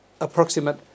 approximate